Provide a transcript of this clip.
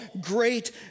great